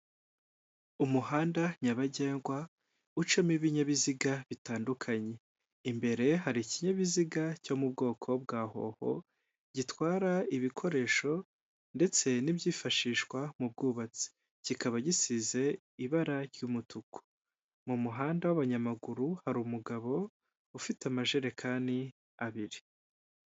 Umuhanda nyabagendwa ucamo ibinyabiziga bitandukanye imbere hari ikinyabiziga cyo mu bwoko bwa hoho gitwara ibikoresho ndetse n'ibyifashishwa mu bwubatsi kikaba gisize ibara ry'umutuku mu muhanda w'abanyamaguru hari umugabo ufite amajerekani abiri.